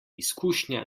izkušnja